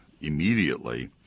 immediately